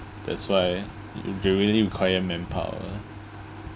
that's why you really require manpower